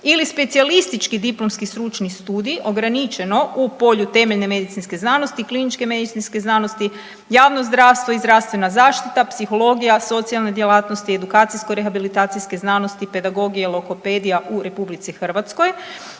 ili specijalistički diplomski stručni studij ograničeno u polju temeljne medicinske znanosti, kliničke medicinske znanosti, javno zdravstvo i zdravstvena zaštita, psihologija, socijalne djelatnosti i edukacijsko rehabilitacijske znanosti, pedagogija, logopedija u RH ili mu je